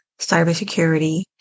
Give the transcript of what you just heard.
cybersecurity